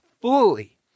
fully